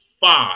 five